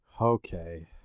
Okay